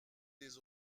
des